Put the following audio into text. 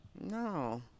no